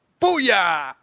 booyah